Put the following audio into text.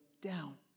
down